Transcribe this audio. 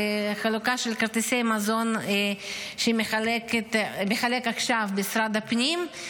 חלוקה של כרטיסי מזון שמחלק עכשיו משרד הפנים,